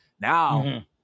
Now